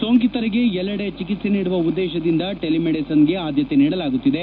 ಸೋಂಕಿತರಿಗೆ ಎಲ್ಲೆಡೆ ಚಿಕಿತ್ತೆ ನೀಡುವ ಉದ್ಗೇತದಿಂದ ಟೆಲಿ ಮೆಡಿಸನ್ಗೆ ಆದ್ಯತೆ ನೀಡಲಾಗುತ್ತಿದೆ